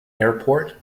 airport